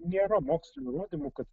nėra mokslinių įrodymų kad